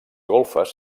golfes